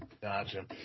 Gotcha